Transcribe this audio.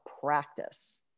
practice